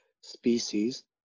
species